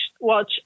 watch